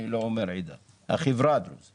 לא אומר עדה אלא החברה דרוזית